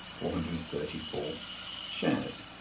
four hundred and thirty four shares.